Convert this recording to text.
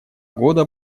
года